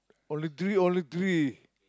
only three only three